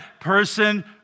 person